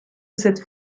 cette